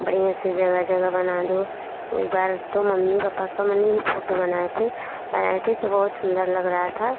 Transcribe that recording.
बढ़िया से जगह जगह बना दो एक बार तो मम्मी पापा का मैंने भी फोटो बनाए थी बनाई थी तो बहुत सुंदर लग रहा था